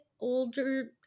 older